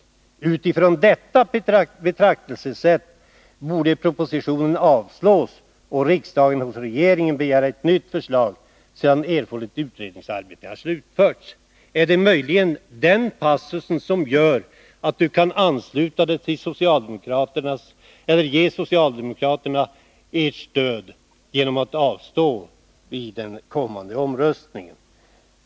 Utifrån detta betraktelsesätt borde propositionen avslås och riksdagen hos regeringen begära ett nytt förslag, sedan erforderligt utredningsarbete har slutförts.” Är det möjligen denna passus som gör att Arne Andersson kan ge socialdemokraterna sitt stöd genom att avstå i den kommande omröstningen?